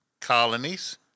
colonies